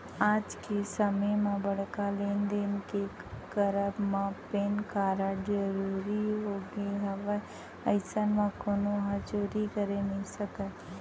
आज के समे म बड़का लेन देन के करब म पेन कारड जरुरी होगे हवय अइसन म कोनो ह चोरी करे नइ सकय